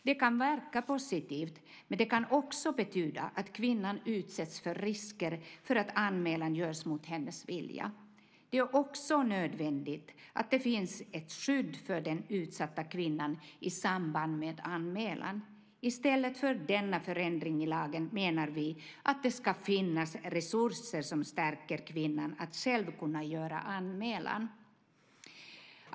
Det kan verka positivt, men det kan också betyda att kvinnan utsätts för risker för att anmälan görs mot hennes vilja. Det är även nödvändigt att det finns ett skydd för den utsatta kvinnan i samband med anmälan. I stället för denna förändring i lagen menar vi att det ska finnas resurser som stärker kvinnan så att hon själv ska kunna göra anmälan.